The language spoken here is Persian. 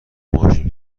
ماشین